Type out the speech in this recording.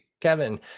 Kevin